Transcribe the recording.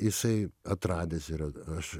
jisai atradęs yra aš